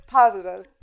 positive